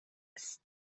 است